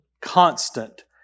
constant